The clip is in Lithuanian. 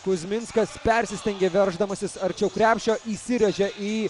kuzminskas persistengia verždamasis arčiau krepšio įsirėžia į